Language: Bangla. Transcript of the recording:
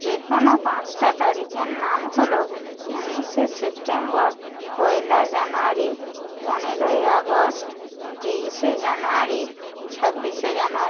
যে কোনো পাঁচটা তারিখের নাম হলো উনিশে সেপ্টেম্বর পয়লা জানুয়ারি পনেরোই আগস্ট তেইশে জানুয়ারি ছাব্বিশে জানুয়ারি